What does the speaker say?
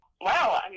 wow